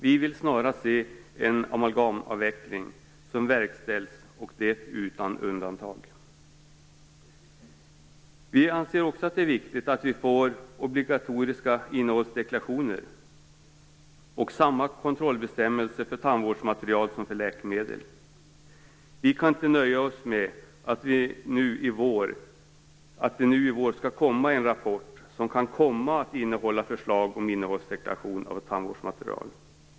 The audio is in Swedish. Vi vill snarast se en amalgamavveckling som verkställs utan undantag. Vi anser också att det är viktigt med obligatoriska innehållsdeklarationer och med samma kontrollbestämmelser för tandvårdsmaterial som för läkemedel. Vi kan inte nöja oss med att det i vår kommer en rapport som kan komma att innehålla förslag om innehållsdeklaration för tandvårdsmaterial.